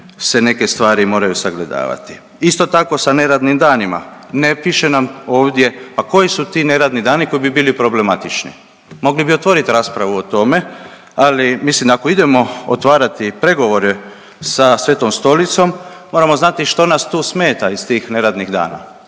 se neke stvari moraju sagledavati. Isto tako i sa neradnim danima. Ne piše nam ovdje a koji su to neradni dani koji bi bili problematični. Mogli bi otvorit raspravu o tome, ali mislim ako idemo otvarati pregovore sa Svetom Stolicom moramo znati što nas tu smeta iz tih neradnih dana.